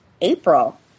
April